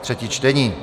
třetí čtení